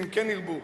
כן ירבו.